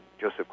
Joseph